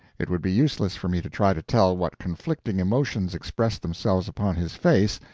it would be useless for me to try to tell what conflicting emotions expressed themselves upon his face,